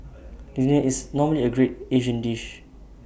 dinner is normally A great Asian dish